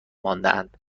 ماندهاند